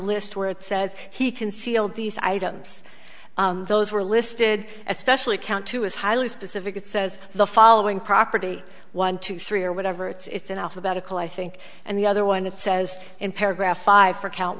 list where it says he concealed these items those were listed especially count two is highly specific it says the following property one two three or whatever it's in alphabetical i think and the other one it says in paragraph five for count